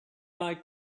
like